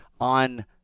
on